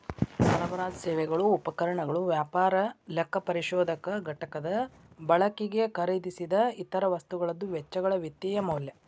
ಸರಬರಾಜು ಸೇವೆಗಳು ಉಪಕರಣಗಳು ವ್ಯಾಪಾರ ಲೆಕ್ಕಪರಿಶೋಧಕ ಘಟಕದ ಬಳಕಿಗೆ ಖರೇದಿಸಿದ್ ಇತರ ವಸ್ತುಗಳದ್ದು ವೆಚ್ಚಗಳ ವಿತ್ತೇಯ ಮೌಲ್ಯ